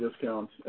discount